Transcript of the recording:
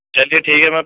چلیے ٹھیک ہے میں